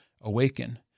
awaken